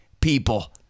people